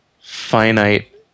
finite